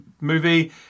movie